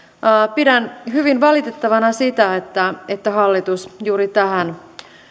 pidän hyvin valitettavana sitä että että hallitus juuri tähän